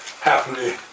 happily